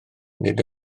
nid